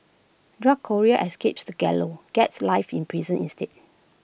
drug courier escapes the gallows gets life in prison instead